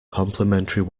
complimentary